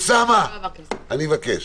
אני מבקש,